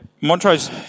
Montrose